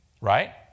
Right